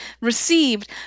received